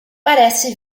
parece